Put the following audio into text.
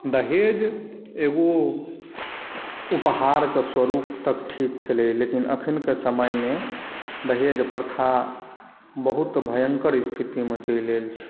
दहेज एगो उपहार के स्वरूप तक ठीक छलै लेकिन अखन के समय मे दहेज प्रथा बहुत भयंकर स्थिति मे चलि आयल छै